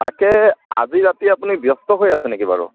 তাকে আজি ৰাতি আপুনি ব্যস্ত হৈ আছে নেকি বাৰু